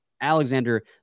Alexander